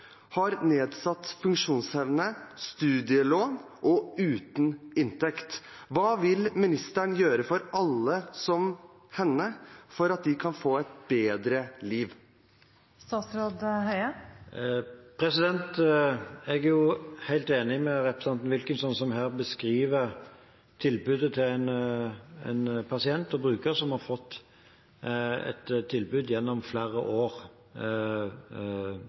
har nedsatt funksjonsevne, har studielån og er uten inntekt. Hva vil ministeren gjøre for at alle som henne kan få et bedre liv? Jeg er helt enig med representanten Wilkinson, som her beskriver tilbudet til en pasient og en bruker som har fått et tilbud gjennom flere år,